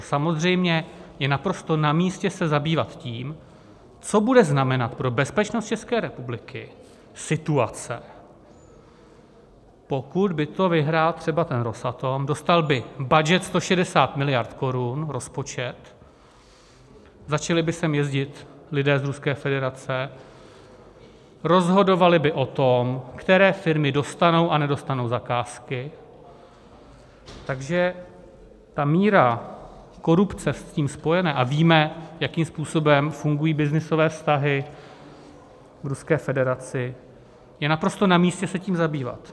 Samozřejmě je naprosto namístě se zabývat tím, co bude znamenat pro bezpečnost České republiky situace, pokud by to vyhrál třeba Rosatom, dostal by budget 160 miliard korun, rozpočet, začali by sem jezdit lidé z Ruské federace, rozhodovali by o tom, které firmy dostanou a nedostanou zakázky, takže míra korupce s tím spojená, a víme, jakým způsobem fungují byznysové vztahy v Ruské federaci, je naprosto namístě se tím zabývat.